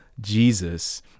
Jesus